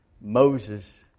Moses